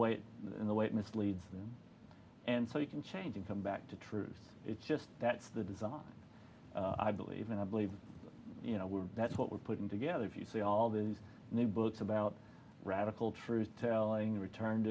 way the way it misleads them and so you can change it from back to truth it's just that's the desire i believe in i believe you know we're that's what we're putting together if you see all these new books about radical truth telling returned